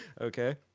Okay